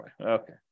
Okay